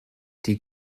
die